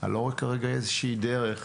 אני לא רואה כרגע איזושהי דרך אחרת.